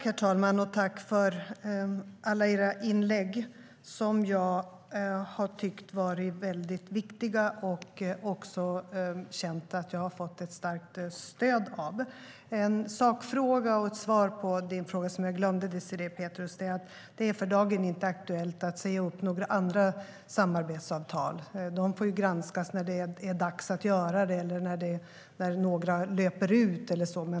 Herr talman! Jag tackar för alla era inlägg, som jag har tyckt har varit viktiga. Jag har också känt att jag har fått ett starkt stöd av dem. En sakfråga och ett svar på din fråga som jag glömde, Désirée Pethrus, är att det för dagen inte är aktuellt att säga upp några andra samarbetsavtal. De får granskas när det är dags att göra det eller när några avtal löper ut eller så.